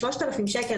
4,000 שקל,